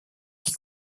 qui